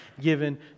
given